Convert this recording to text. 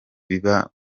biba